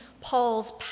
Paul's